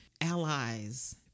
allies